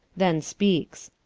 then speakes.